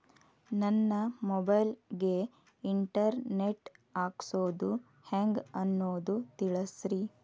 ನನ್ನ ಮೊಬೈಲ್ ಗೆ internet ಹಾಕ್ಸೋದು ಹೆಂಗ್ ಅನ್ನೋದು ತಿಳಸ್ರಿ